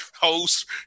host